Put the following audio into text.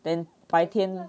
then 白天